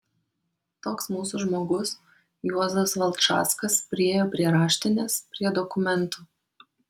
toks mūsų žmogus juozas valčackas priėjo prie raštinės prie dokumentų